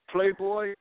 Playboy